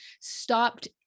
stopped